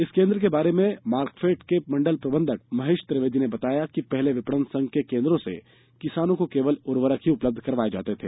इस केंद्र के बारे में मार्कफेड के मंडल प्रबंधक महेश त्रिवेदी ने बताया कि पहले विपणन संघ के केंद्रों से किसानों को केवल उर्वरक ही उपलब्ध करवाए जाते थे